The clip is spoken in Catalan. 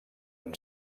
amb